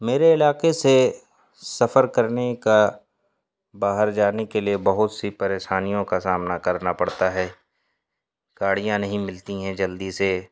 میرے علاقے سے سفر کرنے کا باہر جانے کے لیے بہت سی پریشانیوں کا سامنا کرنا پڑتا ہے گاڑیاں نہیں ملتی ہیں جلدی سے